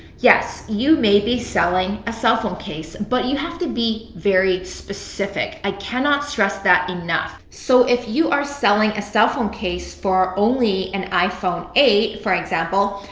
yes, you may be selling a cell phone case. but you have to be very specific. i cannot stress that enough. so if you are selling a cell phone case for only an iphone eight, for example,